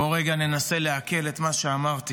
בואו ננסה לעכל לרגע את מה שאמרתי.